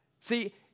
See